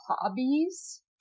hobbies